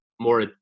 more